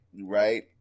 Right